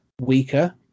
weaker